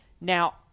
Now